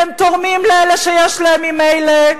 והם תורמים לאלה שיש להם ממילא.